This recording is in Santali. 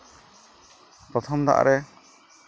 ᱯᱨᱚᱛᱷᱚᱢ ᱫᱟᱜ ᱨᱮ